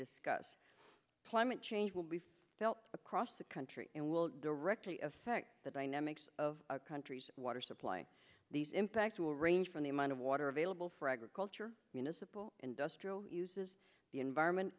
discuss plummet change will be felt across the country and will directly affect the dynamics of a country's water supply these impacts will range from the amount of water available for agriculture municipal industrial uses the environment